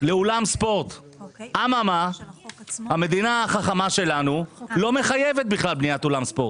לאולם ספורט אבל המדינה החכמה שלנו לא מחייבת בכלל בניית אולם ספורט.